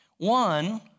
One